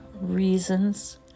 reasons